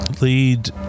lead